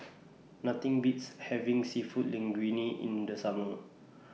Nothing Beats having Seafood Linguine in The Summer